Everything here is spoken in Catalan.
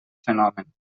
fenomen